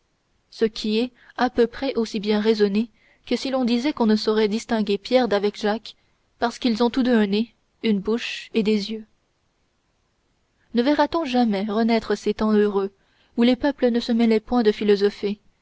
ce qui est à peu près aussi bien raisonné que si l'on disait qu'on ne saurait distinguer pierre d'avec jacques parce qu'ils ont tous deux un nez une bouche et des yeux ne verra-t-on jamais renaître ces temps heureux où les peuples ne se mêlaient point de philosopher